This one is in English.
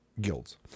guilds